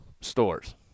stores